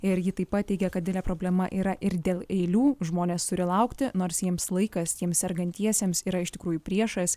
ir ji taip pat teigia kad didelė problema yra ir dėl eilių žmonės turi laukti nors jiems laikas tiems sergantiesiems yra iš tikrųjų priešais